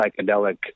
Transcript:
psychedelic